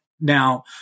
Now